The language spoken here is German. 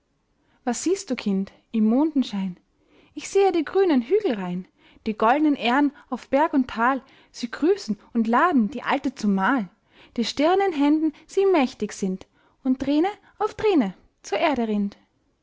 was siehst du kind im mondenschein ich sehe die grünen hügelreih'n die gold'nen aehren auf berg und tal sie grüßen und laden die alte zum mahl die stirne in händen sie mächtig sinnt und träne auf träne zur erde rinnt